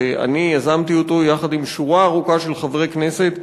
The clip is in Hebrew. שאני יזמתי אותו יחד עם שורה ארוכה של חברי כנסת,